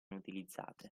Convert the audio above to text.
utilizzate